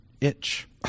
itch